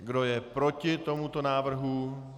Kdo je proti tomuto návrhu?